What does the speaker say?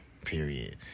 period